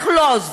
אנחנו לא עוזבים,